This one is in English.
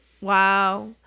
Wow